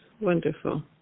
Wonderful